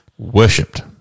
Worshipped